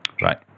Right